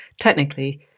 technically